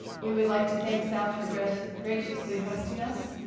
we would like to thank south for graciously graciously hosting us.